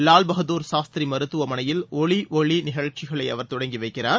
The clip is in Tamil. லால் பகதார் சாஸ்திரி மருத்துவமனையில் ஒலி ஒளி நிகழ்ச்சிகளை அவர் தொடங்கி வைக்கிறார்